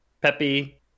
Peppy